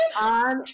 on